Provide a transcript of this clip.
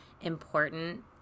important